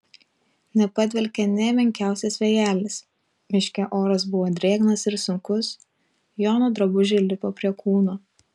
nepadvelkė nė menkiausias vėjelis miške oras buvo drėgnas ir sunkus jono drabužiai lipo prie kūno